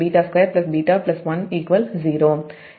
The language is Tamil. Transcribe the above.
எங்களுக்கு அது தெரியும்